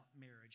marriage